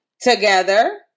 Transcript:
together